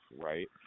right